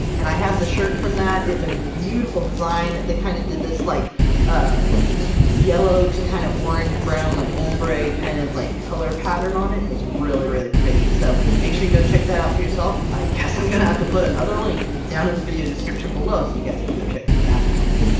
and i have the shirt from that. it's a beautiful design! they kind-of kind of did this like like yellow-to-kind-of-orange-brown, like, ombre kind-of kind of like color pattern on it, and it's really, really pretty! so make sure you go check that out for yourself. i guess i'm gonna have to put another link down in the video description below, so you guys can go check that out!